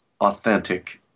authentic